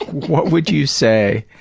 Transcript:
what would you say